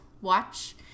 watch